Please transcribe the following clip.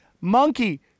monkey